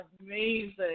amazing